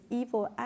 evil